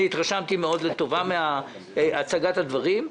התרשמתי מאוד לטובה מהצגת הדברים.